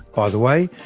by the way,